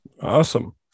awesome